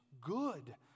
good